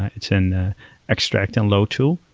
it's an extract and load tool,